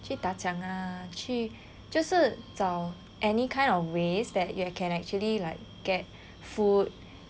去打抢啊去就是找 any kind of ways that you can actually like get food